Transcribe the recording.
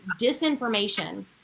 disinformation